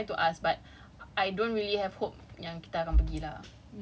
I don't know but like we we're just trying our luck lah we just we just trying to ask but